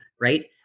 right